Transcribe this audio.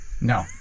No